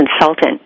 consultant